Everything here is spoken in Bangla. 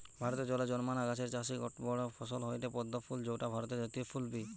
ভারতে জলে জন্মানা গাছের চাষের গটে বড় ফসল হয়ঠে পদ্ম ফুল যৌটা ভারতের জাতীয় ফুল বি